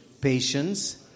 Patience